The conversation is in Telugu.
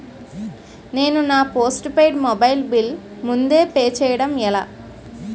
నేను నా పోస్టుపైడ్ మొబైల్ బిల్ ముందే పే చేయడం ఎలా?